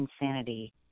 insanity